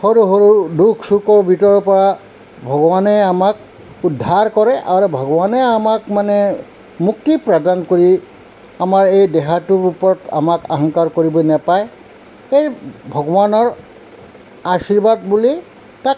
সৰু সৰু দুখ চুখো ভিতৰৰ পৰা ভগৱানে আমাক উদ্ধাৰ কৰে আৰু ভগৱানে আমাক মানে মুক্তি প্ৰদান কৰি আমাৰ এই দেহাটোৰ ওপৰত আমাক এই অহংকাৰ কৰিব নাপায় সেই ভগৱানৰ আশীৰ্বাদ বুলি তাক